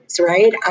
Right